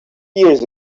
years